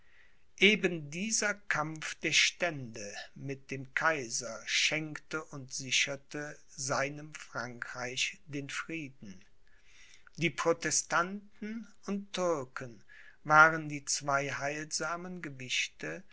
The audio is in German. eben dieser kampf der stände mit dem kaiser schenkte und sicherte seinem frankreich den frieden die protestanten und türken waren die zwei heilsamen gewichte